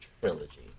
trilogy